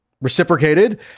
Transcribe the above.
Reciprocated